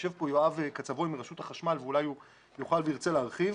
יושב כאן יואב קצבוי מרשות החשמל ואולי הוא יוכל וירצה להרחיב.